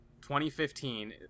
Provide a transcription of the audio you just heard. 2015